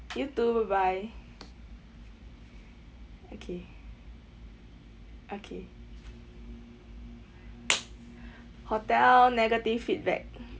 you too bye bye okay okay hotel negative feedback